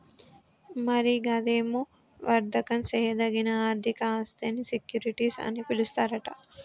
మరి గదేమో వర్దకం సేయదగిన ఆర్థిక ఆస్థినీ సెక్యూరిటీస్ అని పిలుస్తారట